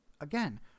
Again